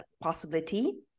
possibility